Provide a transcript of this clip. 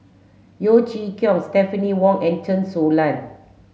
Yeo Chee Kiong Stephanie Wong and Chen Su Lan